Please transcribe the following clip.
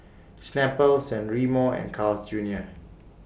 Snapple San Remo and Carl's Junior